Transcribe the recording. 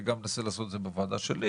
ואני אנסה לעשות את זה גם בוועדה שלי,